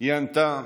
היא ענתה: